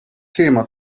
thema